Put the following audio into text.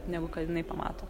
negu kad jinai pamato